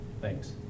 Thanks